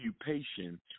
occupation